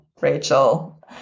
Rachel